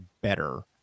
better